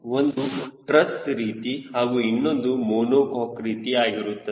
ಒಂದು ಟ್ರಸ್ ರೀತಿ ಹಾಗೂ ಇನ್ನೊಂದು ಮೋನುಕಾಕ್ ರೀತಿ ಆಗಿರುತ್ತದೆ